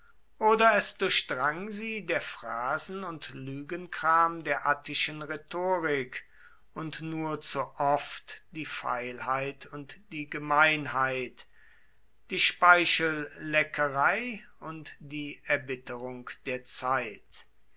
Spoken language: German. oder es durchdrang sie der phrasen und lügenkram der attischen rhetorik und nur zu oft die feilheit und die gemeinheit die speichelleckerei und die erbitterung der zeit